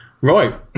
Right